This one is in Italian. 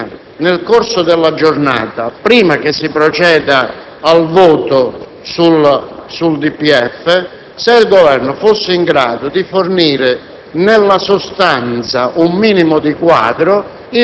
forma, ma la sostanza. Quindi, una tabellina, nel corso della giornata, prima che si proceda al voto sul DPEF: se il Governo fosse in grado di fornire